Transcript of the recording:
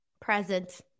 present